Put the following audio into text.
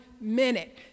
minute